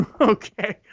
Okay